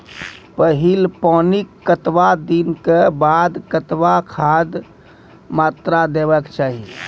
पहिल पानिक कतबा दिनऽक बाद कतबा खादक मात्रा देबाक चाही?